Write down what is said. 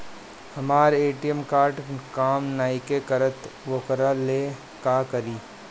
हमर ATM card काम नईखे करत वोकरा ला का करी?